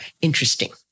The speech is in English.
interesting